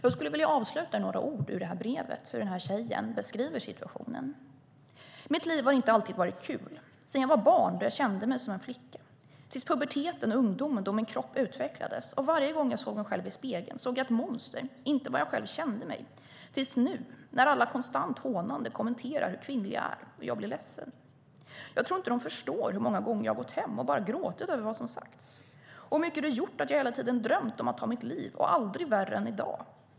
Jag vill avsluta med några ord ur brevet där tjejen beskriver sin situation så här: "Mitt liv har inte alltid varit kul, sen jag var barn då jag kände mig som en flicka, tills puberteten och ungdomen då min kropp utvecklades och varje gång jag såg mig själv i spegeln så jag ett monster, inte vad jag själv kände mig, tills nu när alla konstant hånande kommenterar hur kvinnlig jag är och jag blir ledsen. Jag tror inte de förstår hur många gånger jag gått hem och bara gråtit över vad som sagts. Och hur mycket det gjort att jag hela tiden drömt om att ta mitt liv och aldrig värre än idag.